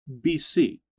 BC